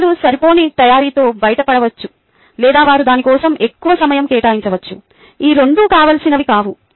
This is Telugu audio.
ప్రజలు సరిపోని తయారీతో బయటపడవచ్చు లేదా వారు దాని కోసం ఎక్కువ సమయం కేటాయించవచ్చు ఈ రెండూ కావాల్సినవి కావు